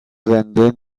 زنده